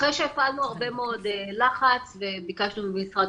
אחרי שהפעלנו הרבה מאוד לחץ וביקשנו ממשרד